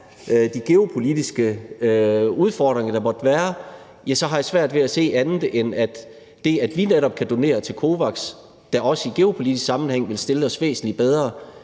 de geopolitiske udfordringer, der måtte være, har jeg svært ved at se andet, end at det, at vi netop kan donere til COVAX, da også i geopolitisk sammenhæng vil stille os væsentlig bedre,